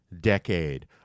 decade